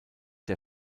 der